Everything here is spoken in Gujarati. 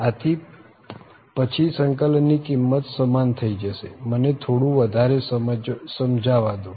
આથી પછી સંકલન ની કિંમત સમાન થઇ જશે મને થોડું વધારે સમજાવવા દો